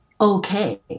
okay